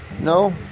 no